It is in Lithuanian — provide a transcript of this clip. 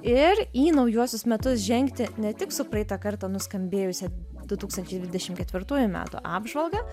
ir į naujuosius metus žengti ne tik su praeitą kartą nuskambėjusia du tūkstančiai dvidešim ketvirtųjų metų apžvalga